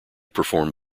perform